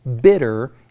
bitter